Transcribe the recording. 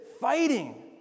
fighting